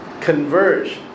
converge